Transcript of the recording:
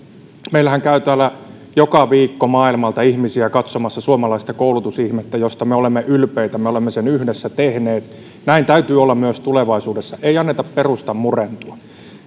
meillähän käy täällä joka viikko maailmalta ihmisiä katsomassa suomalaista koulutusihmettä josta me olemme ylpeitä me olemme sen yhdessä tehneet näin täytyy olla myös tulevaisuudessa ei anneta perustan murentua